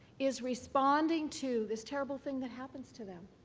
is responding to this terrible thing that happens to them,